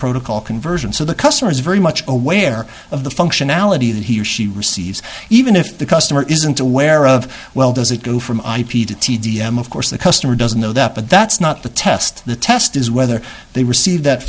protocol conversion so the customer is very much aware of the functionality that he or she receives even if the customer isn't aware of well does it go from ip to t d m of course the customer doesn't know that but that's not the test the test is whether they receive that